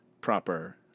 proper